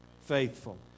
faithful